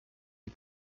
les